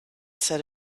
said